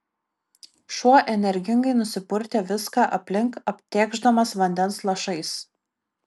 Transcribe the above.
šuo energingai nusipurtė viską aplink aptėkšdamas vandens lašais